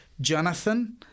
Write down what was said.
Jonathan